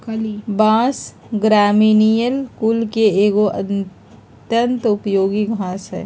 बाँस, ग्रामिनीई कुल के एगो अत्यंत उपयोगी घास हइ